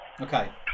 Okay